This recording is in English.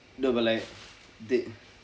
no but like they